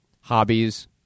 hobbies